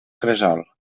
cresol